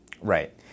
Right